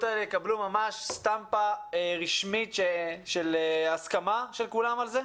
תגבלנה חותם רשמי של הסכמה של כולם על זה?